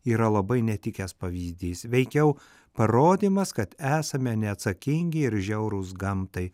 yra labai netikęs pavyzdys veikiau parodymas kad esame neatsakingi ir žiaurūs gamtai